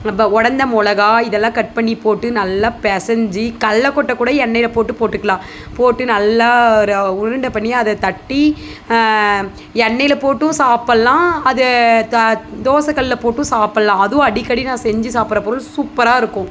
உடைந்த மிளகா இதெல்லாம் கட் பண்ணி போட்டு நல்லா பிசஞ்சி கல்லக்கொட்ட கூட எண்ணெயில் போட்டு போட்டுக்கலாம் போட்டு நல்லா உருண்டை பண்ணி அதை தட்டி எண்ணெயில் போட்டும் சாப்பிட்லாம் அதை த தோசை கல்லுல போட்டும் சாப்பிட்லாம் அதுவும் அடிக்கடி நா செஞ்சி சாப்பிட்ற பொருள் சூப்பராக இருக்கும்